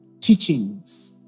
teachings